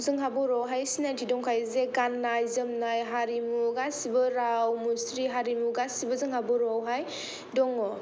जोंहा बर'आवहाय सिनायथि दंखायो जे जोंहा गाननाय जोमनाय हारिमु गासिबो राव मुस्रि हारिमु गासिबो जोंहा बर'आवहाय दङ